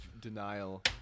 denial